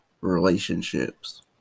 relationships